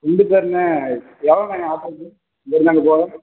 ரெண்டு பேருண்ணே எவ்வளோண்ணே ஆட்டோக்கு இங்கேருந்து அங்கே போக